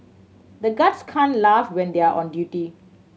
the guards can't laugh when they are on duty